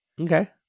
Okay